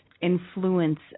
influence